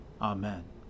Amen